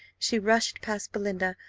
she rushed past belinda,